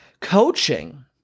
Coaching